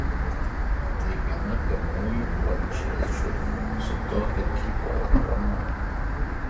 tai viena pirmųjų planšečių su tokio tipo ekranu